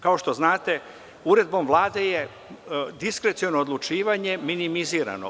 Kao što znate, Uredbom Vlade je diskreciono odlučivanje minimizirano.